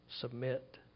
submit